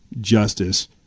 justice